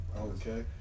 okay